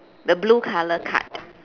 the blue colour card